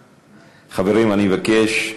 חברים, אני מבקש.